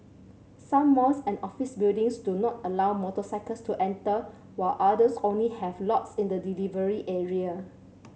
some malls and office buildings do not allow motorcycles to enter while others only have lots in the delivery area